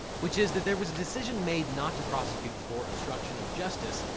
which is that there was a decision made not to prosecute for obstruction of justice,